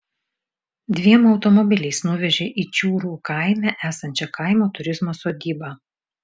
dviem automobiliais nuvežė į čiūrų kaime esančią kaimo turizmo sodybą